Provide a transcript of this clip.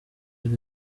wowe